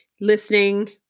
listening